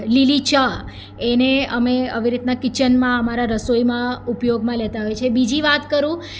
લીલી ચા એને અમે આવી રીતના કિચનમાં અમારા રસોઈમાં ઉપયોગમાં લેતા હોય છે બીજી વાત કરું